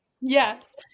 yes